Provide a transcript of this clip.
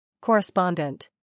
Correspondent